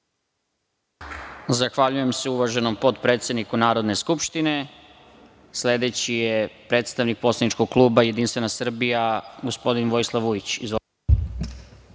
Zahvaljujem se uvaženom potpredsedniku Narodne skupštine. Sledeći je predstavnik poslaničkog kluba JS, gospodin Vojislav